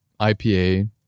IPA